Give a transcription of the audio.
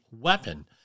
weapon